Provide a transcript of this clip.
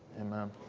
amen